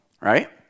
right